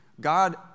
God